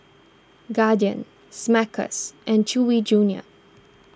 Guardian Smuckers and Chewy Junior